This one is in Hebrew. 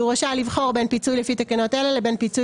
והוא רשאי לבחור בין פיצוי לפי תקנות אלה לבין פיצוי